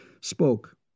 spoke